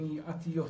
מניעתיות.